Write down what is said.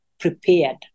prepared